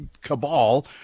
cabal